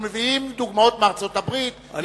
אנחנו מביאים דוגמאות מארצות-הברית,